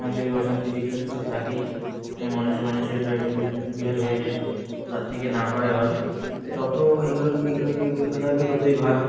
সাংসারিক অশান্তি ডিপ্রেশান তো থাকেই মানুষের মানুষের বিরাটা বিরো বিরোধ হয়ে যায় তার থেকে না করাই ভালো যত এইগুলো এইগুলো থেকে বিরত থাকবে ততই ভালো